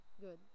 good